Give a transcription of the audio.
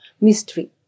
mystery